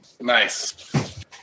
Nice